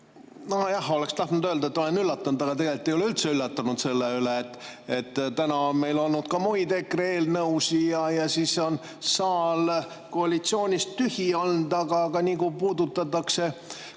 … Ma oleksin tahtnud öelda, et olen üllatunud, aga tegelikult ei ole üldse üllatunud selle üle. Täna on meil olnud ka muid EKRE eelnõusid ja siis on saal koalitsioonist tühi olnud, aga niipea, kui puudutatakse